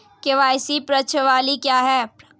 KYC प्रश्नावली क्या है?